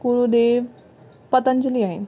गुरूदेव पंतजली आहिनि